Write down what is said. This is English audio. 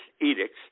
edicts